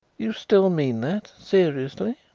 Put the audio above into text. you still mean that seriously?